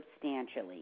substantially